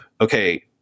okay